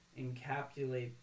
encapsulate